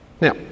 now